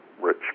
rich